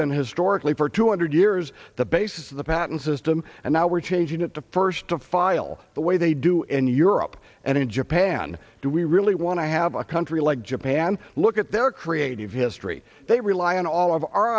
been historically for two hundred years the basis of the patent system and now we're changing it to first to file the way they do in europe and in japan do we really want to have a country like japan look at their creative history they rely on all of our